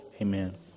Amen